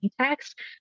text